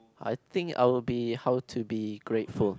I think I will be how to be grateful